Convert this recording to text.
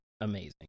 amazing